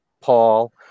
Paul